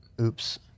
Oops